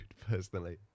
personally